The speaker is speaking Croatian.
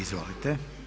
Izvolite.